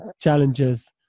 challenges